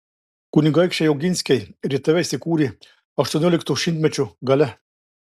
kunigaikščiai oginskiai rietave įsikūrė aštuoniolikto šimtmečio gale